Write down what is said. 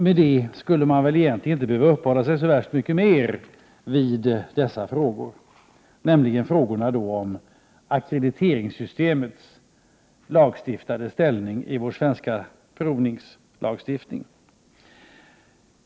Med detta skulle man egentligen inte behöva uppehålla sig så mycket mer vid denna fråga, nämligen frågan om ackrediteringssystemets lagstiftade ställning i vår svenska provningslagstiftning.